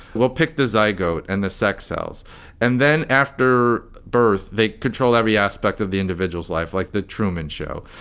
we'll pick the zygote and the sex cells and then after birth, they control every aspect of the individual's life, like the truman show.